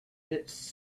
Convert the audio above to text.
it’s